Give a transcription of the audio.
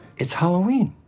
it's halloween